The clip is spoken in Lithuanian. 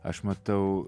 aš matau